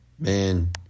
Man